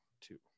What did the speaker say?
two